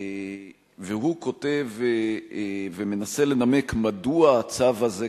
והוא כותב ומנסה לנמק מדוע הצו הזה קיים,